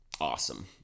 awesome